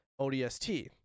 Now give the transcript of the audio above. ODST